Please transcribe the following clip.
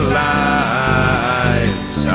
lives